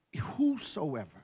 whosoever